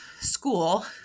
school